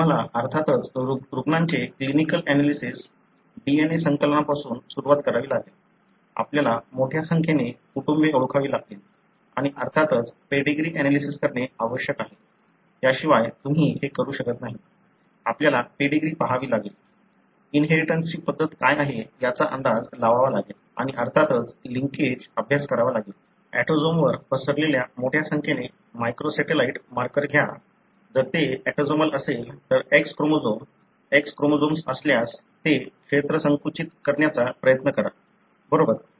तुम्हाला अर्थातच रुग्णांचे क्लिनिकल एनालिसिस DNA संकलनापासून सुरुवात करावी लागेल आपल्याला मोठ्या संख्येने कुटुंबे ओळखावी लागतील आणि अर्थातच पेडीग्री एनालिसिस करणे आवश्यक आहे त्याशिवाय तुम्ही हे करू शकत नाही आपल्याला पेडीग्री पहावी लागेल इनहेरिटन्सची पद्धत काय आहे याचा अंदाज लावावा लागेल आणि अर्थातच लिंकेज अभ्यास करावा लागेल ऑटोझोमवर पसरलेल्या मोठ्या संख्येने मायक्रोसॅटेलाइट मार्कर घ्या जर ते ऑटोझोमल असेल तर X क्रोमोझोम्स X क्रोमोझोम्स असल्यास ते क्षेत्र संकुचित करण्याचा प्रयत्न करा बरोबर